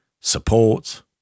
support